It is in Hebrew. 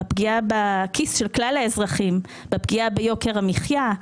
הפגיעה בכיס של כלל האזרחים, בפגיעה ביוקר המחיה,